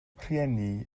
rheini